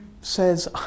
says